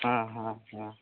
ᱦᱮᱸ ᱦᱮᱸ ᱦᱮᱸ